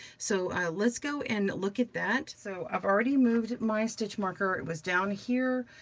so let's go and look at that. so i've already moved my stitch marker. it was down here,